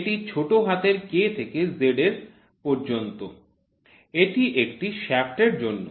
এটি ছোট হাতের k থেকে z পর্যন্ত এটি একটি শ্য়াফ্ট এর জন্য